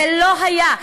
זה לא היה,